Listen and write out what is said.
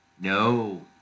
no